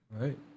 Right